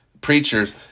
preachers